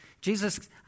Jesus